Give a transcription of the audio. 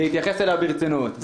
להתייחס אליה ברצינות.